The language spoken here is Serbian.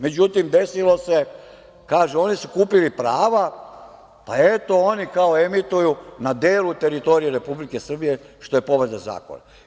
Međutim, desilo se, kažu – oni su kupili prava, pa eto oni kao emituju na delu teritorije Republike Srbije, što je povreda zakona.